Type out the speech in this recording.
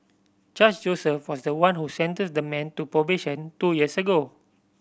Judge Joseph was the one who sentenced the man to probation two years ago